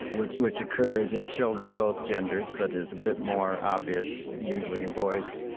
which which occurs in children both genders, but is a bit more obvious usually in boys.